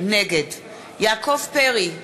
נגד יעקב פרי,